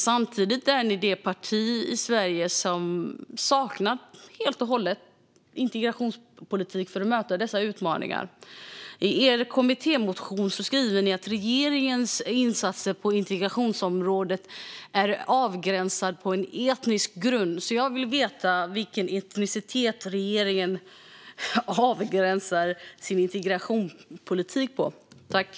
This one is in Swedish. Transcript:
Samtidigt är ni det enda parti i Sverige som helt saknar integrationspolitik för att möta dessa utmaningar. I er kommittémotion skriver ni att regeringens insatser på integrationsområdet är avgränsade på etnisk grund. Jag vill då veta vilken etnicitet regeringen avgränsar sin integrationspolitik efter.